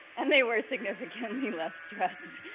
and they were significantly less stressed,